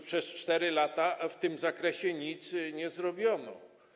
Przez 4 lata w tym zakresie nic nie zrobiono.